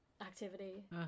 activity